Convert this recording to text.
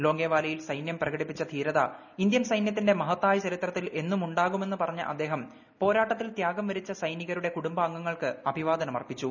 ലോങ്കേവാലയിൽ സൈന്യം പ്രകടിപ്പിച്ച് ്ട്ടീര്ത ഇന്ത്യൻ സൈന്യത്തിന്റെ മഹത്തായ ചരിത്രത്തിൽഎന്നുമുണ്ടാകുമെന്ന് പറഞ്ഞ അദ്ദേഹം പോരാട്ടത്തിൽ ത്യാഗംവരിച്ച സൈനികരുടെകുടുംബാംഗങ്ങൾക്ക്അഭിവാദനം അർപ്പിച്ചു